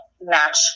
match